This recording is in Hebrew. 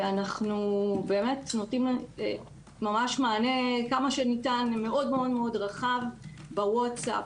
אנחנו באמת נותנים ממש מענה כמה שניתן מאוד מאוד רחב בווטצאפ,